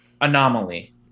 anomaly